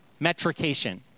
Metrication